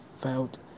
felt